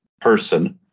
person